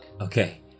Okay